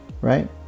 right